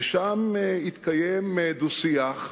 ושם התקיים דו-שיח מתמשך,